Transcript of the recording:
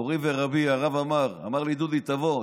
מורי ורבי הרב עמאר, ואמר לי: דודי, תבוא.